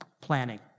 planning